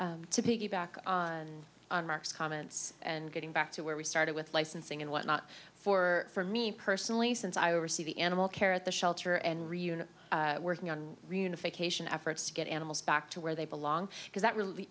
piggyback on mark's comments and getting back to where we started with licensing and what not for for me personally since i oversee the animal care at the shelter and reunify working on reunification efforts to get animals back to where they belong because that really